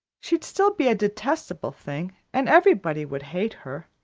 she'd still be a detestable thing, and everybody would hate her.